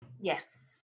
yes